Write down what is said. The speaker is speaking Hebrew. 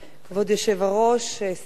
כבוד היושב-ראש, שר,